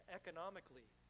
economically